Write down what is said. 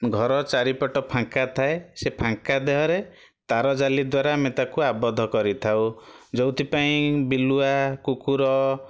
ଘର ଚାରିପଟ ଫାଙ୍କା ଥାଏ ସେ ଫାଙ୍କା ଦେହରେ ତାର ଜାଲି ଦ୍ଵାରା ଆମେ ତାକୁ ଆବଦ୍ଧ କରିଥାଉ ଯେଉଁଥିପାଇଁ ବିଲୁଆ କୁକୁର